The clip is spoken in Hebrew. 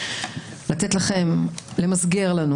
לתת לכן אפילו למסגר לנו